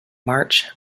march